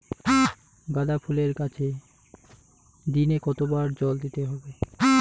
গাদা ফুলের গাছে দিনে কতবার জল দিতে হবে?